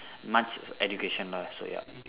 much education no lah so yup